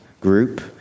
group